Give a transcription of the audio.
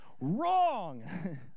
wrong